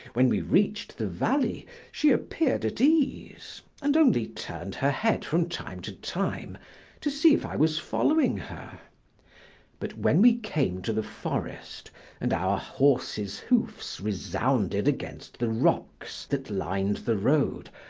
when we reached the valley she appeared at ease and only turned her head from time to time to see if i was following her but when we came to the forest and our horses' hoofs resounded against the rocks that lined the road,